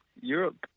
europe